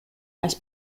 als